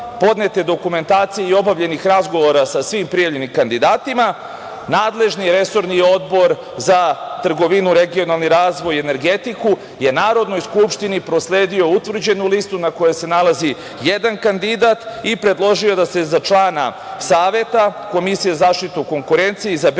podnete dokumentacije i obavljenih razgovora, sa svim prijavljenim kandidatima, nadležni resorni odbor za trgovinu, regionalni razvoj i energetiku je Narodnoj skupštini prosledio utvrđenu listu na kojoj se nalazi jedan kandidat i predložio da se za člana Saveta Komisije za zaštitu konkurencije izabere